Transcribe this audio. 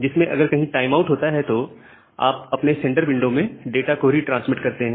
जिसमें अगर कहीं टाइम आउट होता है तो आप अपने सेंडर विंडो में डाटा को रिट्रांसमिट करते हैं